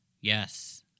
yes